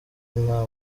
nta